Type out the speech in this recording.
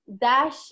Dash